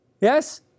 Yes